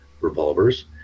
revolvers